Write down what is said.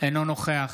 אינו נוכח